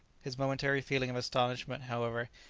his momentary feeling of astonishment, however,